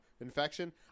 infection